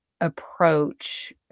approach